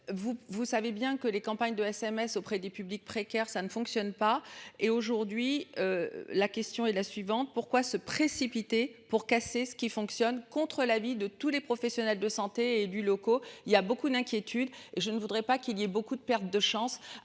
Vous savez bien que les campagnes de SMS auprès des publics précaires, ça ne fonctionne pas et aujourd'hui. La question est la suivante, pourquoi se précipiter pour casser ce qui fonctionne, contre l'avis de tous les professionnels de santé et élus locaux, il y a beaucoup d'inquiétude. Je ne voudrais pas qu'il y ait beaucoup de pertes de chance